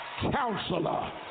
Counselor